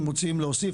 אם צריך להוסיף,